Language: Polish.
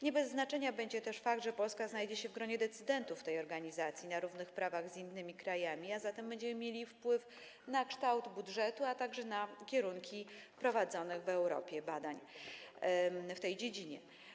Nie bez znaczenia będzie też fakt, że Polska znajdzie się w gronie decydentów tej organizacji na równych prawach z innymi krajami, a zatem będziemy mieli wpływ na kształt budżetu, a także na kierunki prowadzonych w Europie badań w tej dziedzinie.